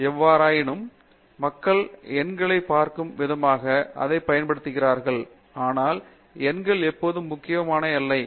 மூர்த்தி எவ்வாறாயினும் மக்கள் எண்களைப் பார்க்கும் விதமாக அதை பயன்படுத்துகிறார்கள் ஆனால் எண்கள் எப்போதும் முக்கியமானவை அல்ல